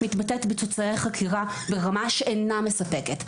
מתבטאת בתוצרי חקירה ברמה שאינה מספקת,